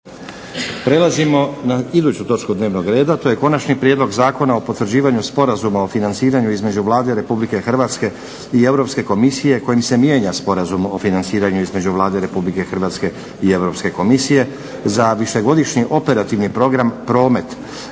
Prelazimo na iduću točku dnevnog reda. To je - Prijedlog zakona o potvrđivanju Sporazuma o financiranju između Vlade Republike Hrvatske i Europske komisije kojim se mijenja Sporazum o financiranju između Vlade Republike Hrvatske i Europske komisije za višegodišnji operativni Program "Promet"